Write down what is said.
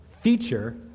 feature